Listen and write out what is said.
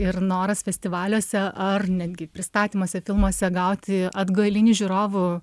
ir noras festivaliuose ar netgi pristatymuose filmuose gauti atgalinį žiūrovų